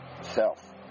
self